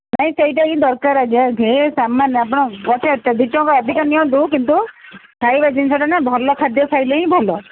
ନାଇଁ ସେଇଟା ହିଁ ଦରକାର ଆଜ୍ଞା ଢେର୍ ସାମାନ୍ ଆପଣ ପଛେ ଦିଟଙ୍କା ଅଧିକ ନିଅନ୍ତୁ କିନ୍ତୁ ଖାଇବା ଜିନିଷଟାନା ଭଲ ଖାଦ୍ୟ ଖାଇଲେ ହିଁ ଭଲ